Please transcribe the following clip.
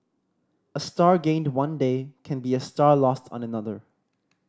a star gained one day can be a star lost on another